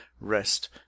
rest